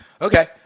Okay